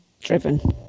driven